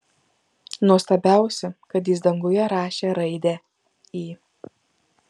nuostabiausia kad jis danguje rašė raidę i